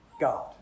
God